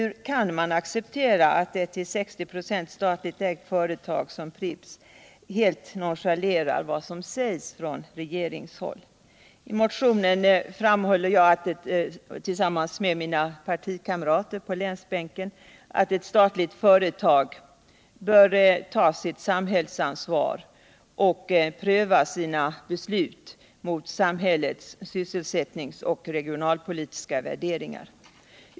Hur kan man acceptera att ett till 60 96 statligt ägt företag som Pripps helt nonchalerar vad som sägs från regeringshåll? I motionen framhåller jag tillsammans med mina partikamrater på länsbänken att ett statligt företag bör ta sitt samhällsansvar och pröva sina beslut mot samhällets sysselsättningsoch regionalpolitiska värderingar.